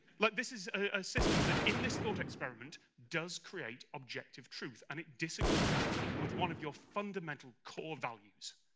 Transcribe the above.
look, this is a system that in this thought experiment does create objective truth and it disagrees with one of your fundamental core values.